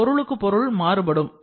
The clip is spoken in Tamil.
அது பொருளுக்கு பொருள் மாறுபடும்